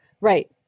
Right